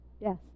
Yes